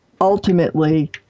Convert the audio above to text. ultimately